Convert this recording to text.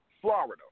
Florida